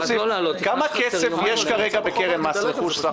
כמה כסף יש כרגע בקרן מס רכוש בסך הכול?